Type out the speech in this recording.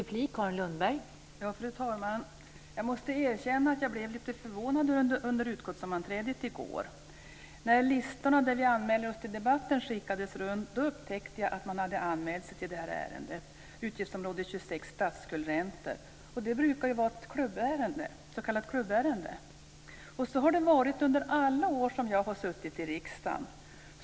Fru talman! Jag måste erkänna att jag blev lite förvånad under utskottssammanträdet i går. När listorna där vi anmäler oss till debatten skickades runt upptäckte jag att man hade anmält sig till det här ärendet, utgiftsområde 26 Statsskuldsräntor. Det brukar ju vara ett s.k. klubbärende. Så har det varit under alla år som jag har suttit i riksdagen.